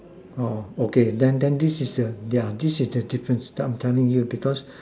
orh okay then then this is yeah yeah this is the difference I am telling you because